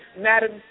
Madam